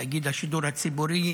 תאגיד השידור הציבורי.